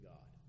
God